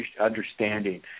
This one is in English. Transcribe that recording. understanding